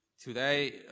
today